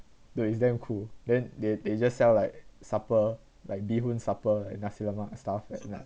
though it's damn cool then they they just sell like supper like beehoon supper and nasi lemak stuff at night